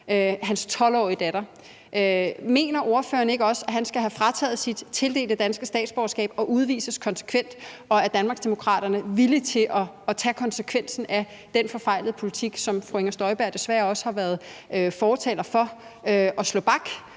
en 75-årig mand. Mener ordføreren ikke også, at han skal have frataget sit tildelte danske statsborgerskab og udvises konsekvent? Og er Danmarksdemokraterne villige til at tage konsekvensen af den forfejlede politik, som fru Inger Støjberg desværre også har været fortaler for, og slå bak